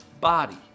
body